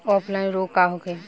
Offline रोग का होखे?